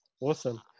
awesome